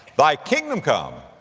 thy kingdom come,